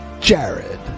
Jared